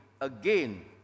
again